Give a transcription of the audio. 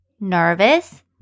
nervous